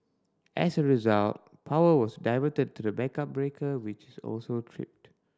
as a result power was diverted to the backup breaker which also tripped